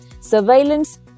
surveillance